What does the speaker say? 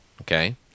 Okay